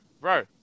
bro